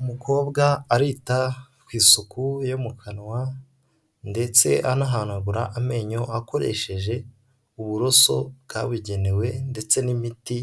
Umukobwa arita ku isuku yo mu kanwa ndetse anahanagura amenyo akoresheje uburoso bwabugenewe ndetse n'imiti